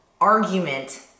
argument